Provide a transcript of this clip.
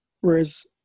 Whereas